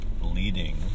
leading